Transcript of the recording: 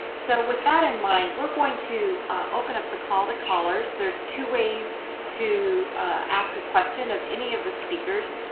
so with that in mind, we're going to open up the call to callers. there's two ways to ask a question of any of the speakers.